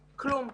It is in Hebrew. כלום.